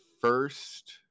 first